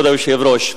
כבוד היושב-ראש,